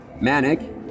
Manic